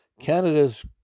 Canada's